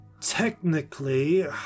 technically